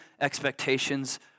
expectations